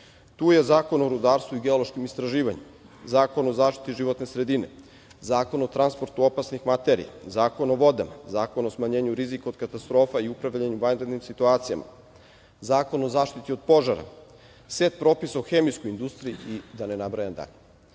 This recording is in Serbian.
- Zakon o rudarstvu i geološkom istraživanju, Zakon o zaštiti životne sredine, Zakon o transportu opasnih materija, Zakon o vodama , Zakon o smanjenju rizika od katastrofa i upravljanju vanrednim situacijama, Zakon o zaštiti od požara, set propisa o hemijskoj industriji i da ne nabrajam dalje. Dakle,